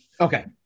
Okay